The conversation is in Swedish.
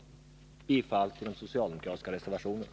Jag yrkar bifall till de socialdemokratiska reservationerna.